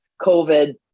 covid